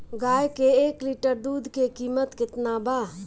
गाए के एक लीटर दूध के कीमत केतना बा?